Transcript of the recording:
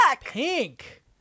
pink